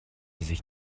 sich